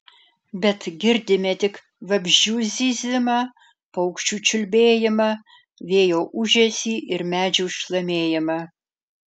bet girdime tik vabzdžių zyzimą paukščių čiulbėjimą vėjo ūžesį ir medžių šlamėjimą